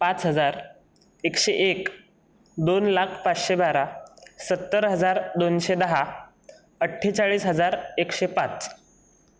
पाच हजार एकशे एक दोन लाख पाचशे बारा सत्तर हजार दोनशे दहा अठ्ठेचाळीस हजार एकशे पाच